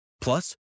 Plus